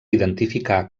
identificar